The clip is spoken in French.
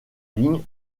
ligne